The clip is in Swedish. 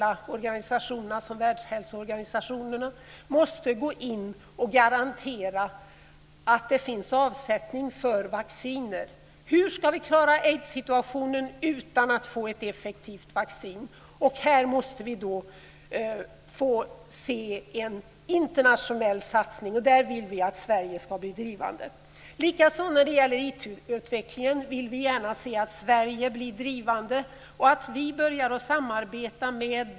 Hur ska vi klara aidssituationen utan att få ett effektivt vaccin? Här måste vi få se en internationell satsning. Där vill vi att Sverige ska bli drivande. Detsamma gäller IT-utvecklingen.